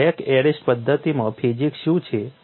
અને crack arrest પદ્ધતિઓમાં physics શું છે